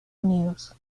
unidos